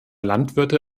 landwirte